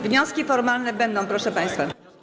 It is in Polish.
Wnioski formalne będą, proszę państwa.